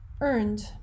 earned